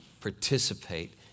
participate